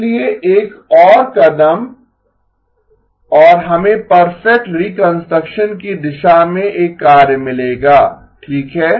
इसलिए एक और कदम और हमें परफेक्ट रीकंस्ट्रक्शन की दिशा में एक कार्य मिलेगा ठीक है